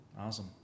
Awesome